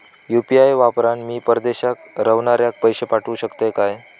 UPI वापरान मी परदेशाक रव्हनाऱ्याक पैशे पाठवु शकतय काय?